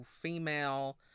female